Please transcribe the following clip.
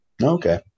Okay